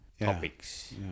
topics